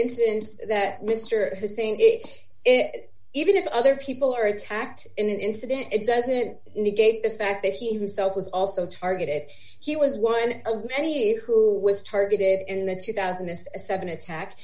incidents that mr hussain if it even if other people are attacked in an incident it doesn't negate the fact that he himself was also targeted he was one of many who was targeted in the two thousand and seven attack